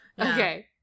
okay